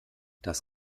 das